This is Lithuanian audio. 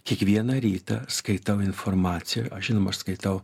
kiekvieną rytą skaitau informaciją aš žinoma aš skaitau